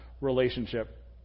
relationship